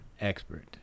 expert